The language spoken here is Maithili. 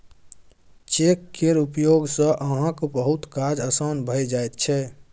चेक केर उपयोग सँ अहाँक बहुतो काज आसान भए जाइत छै